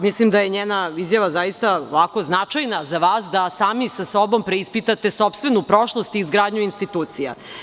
Mislim da je njena izjava značajna za vas, da sami sa sobom preispitate sopstvenu prošlost i izgradnju institucija.